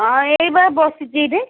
ହଁ ଏଇଠି ବା ବସିଛି ଏଇଠି